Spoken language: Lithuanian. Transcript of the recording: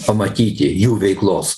pamatyti jų veiklos